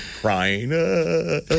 crying